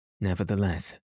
nevertheless